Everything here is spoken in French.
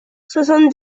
soixante